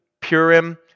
Purim